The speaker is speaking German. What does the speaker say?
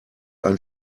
ein